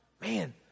Man